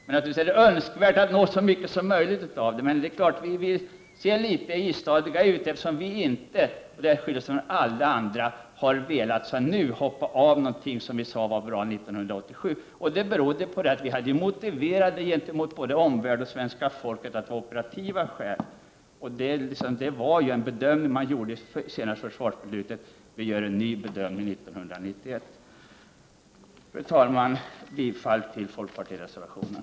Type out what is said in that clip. Det är naturligtvis önskvärt att nå så långt som möjligt. Det är klart att vi kan förefalla istadiga, eftersom vi inte — och där skiljer vi oss från övriga — nu har velat hoppa av någonting som vi tyckte var bra 1987, vilket berodde på att vi hade motiverat gentemot omvärlden och svenska folket att vi handlade utifrån operativa skäl. Vi gjorde den bedömningen inför 1987 års försvarsbeslut. Vi gör en ny bedömning 1991. Fru talman! Jag yrkar bifall till folkpartireservationen.